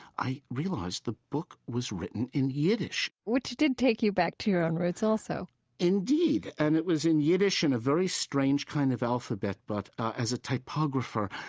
i realized the book was written in yiddish which did take you back to your own roots also indeed. and it was in yiddish in a very strange kind of alphabet. but as a typographer,